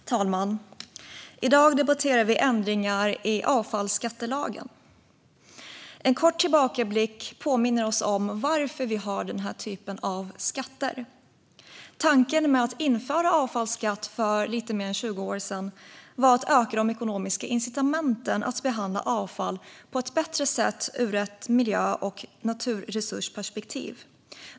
Fru talman! I dag debatterar vi ändringar i avfallsskattelagen. En kort tillbakablick påminner oss om varför vi har den här typen av skatter. Tanken, för lite mer än 20 år sedan, med att införa avfallsskatt var att öka de ekonomiska incitamenten för att behandla avfall på ett bättre sätt utifrån ett miljö och naturresursperspektiv.